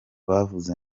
bavuze